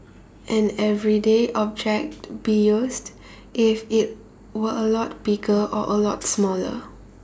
an everyday object be used if it were a lot bigger or a lot smaller